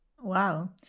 Wow